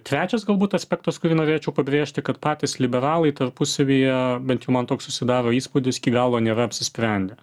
trečias galbūt aspektas kurį norėčiau pabrėžti kad patys liberalai tarpusavyje bent jau man toks susidaro įspūdis iki galo nėra apsisprendę